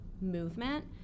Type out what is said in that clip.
movement